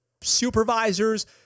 supervisor's